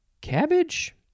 Cabbage